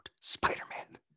Spider-Man